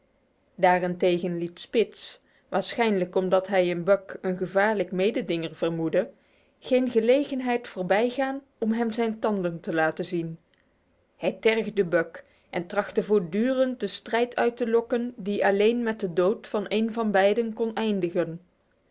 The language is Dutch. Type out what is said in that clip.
daarentegen liet spitz waarschijnlijk omdat hij in buck een gevaarlijk mededinger vermoedde geen gelegenheid voorbijgaan om hem zijn tanden te laten zien hij tergde buck en trachtte voortdurend de strijd uit te lokken die alleen met de dood van een van beiden kon eindigen